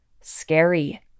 scary